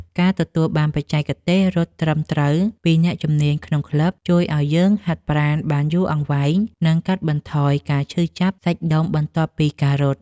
ការទទួលបានបច្ចេកទេសរត់ត្រឹមត្រូវពីអ្នកជំនាញក្នុងក្លឹប ជួយឱ្យយើងហាត់ប្រាណបានយូរអង្វែង និងកាត់បន្ថយការឈឺចាប់សាច់ដុំបន្ទាប់ពីការរត់។